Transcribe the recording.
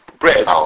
bread